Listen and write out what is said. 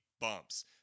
bumps